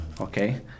Okay